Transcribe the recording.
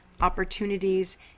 opportunities